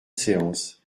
séance